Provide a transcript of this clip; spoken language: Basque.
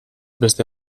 beste